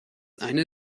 eine